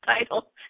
title